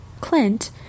Clint